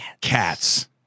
Cats